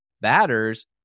batters